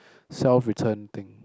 self return thing